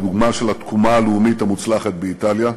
הדוגמה של התקומה הלאומית המוצלחת באיטליה,